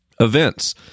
events